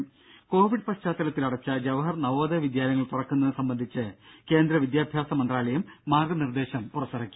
രംഭ Covid പശ്ചാത്തലത്തിൽ അടച്ച ജവഹർ നവോദയ വിദ്യാലയങ്ങൾ തുറക്കുന്നത് സംബന്ധിച്ച് കേന്ദ്ര വിദ്യാഭ്യാസ മന്ത്രാലയം മാർഗ്ഗ നിർദേശം പുറത്തിറക്കി